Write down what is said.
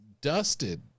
dusted